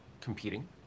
competing